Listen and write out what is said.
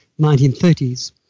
1930s